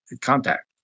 contact